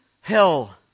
hell